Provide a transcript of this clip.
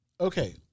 Okay